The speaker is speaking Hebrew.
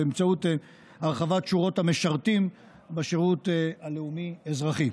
באמצעות הרחבת שורות המשרתים בשירות הלאומי-אזרחי.